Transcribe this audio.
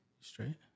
Straight